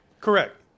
Correct